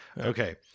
Okay